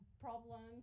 problems